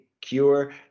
Cure